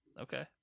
Okay